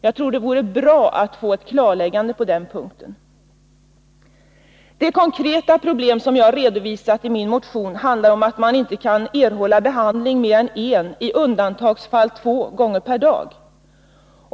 Jag tror att det vore bra att få ett klarläggande på den punkten. Det konkreta problem som jag redovisat i min motion handlar om att man inte kan erhålla behandling mer än en, i undantagsfall två, gånger per dag.